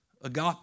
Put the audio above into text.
agape